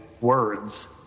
words